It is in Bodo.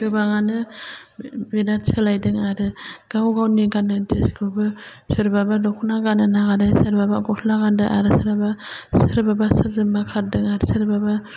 गोबाङानो बिराथ सोलायदों आरो गाव गावनि गान्नाय ड्रेसखौबो सोरबाबा दख'ना गानहोनो हादों सोरबाबा ग'स्ला गान्दों आरो सोरबाबा सोरजोंबा खारदों आरो सोरबाबा